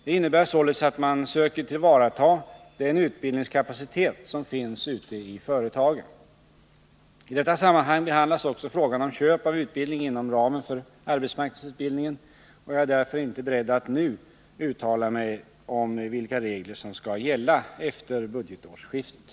Det innebär således att man söker tillvarata den utbildningskapacitet som finns ute i företagen. I detta sammanhang behandlas också frågan om köp av utbildning Nr 90 inom ramen för arbetsmarknadsutbildningen, och jag är därför inte beredd Torsdagen den att nu uttala mig om vilka regler som skall gälla efter budgetårsskiftet.